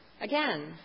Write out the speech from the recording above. again